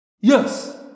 Yes